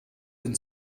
den